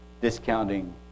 discounting